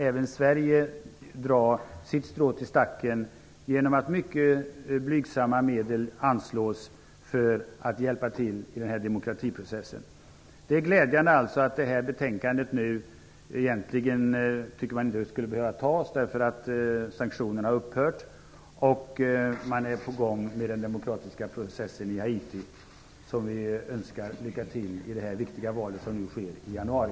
Även Sverige kan dra sitt strå till stacken genom att man anslår mycket blygsamma medel för att hjälpa till i denna demokratiprocess. Det är alltså glädjande att sanktionerna har upphört och att man är på gång med den demokratiska processen i Haiti. Egentligen borde detta betänkande inte behövas. Vi önskar lycka till i det viktiga val som nu sker i januari.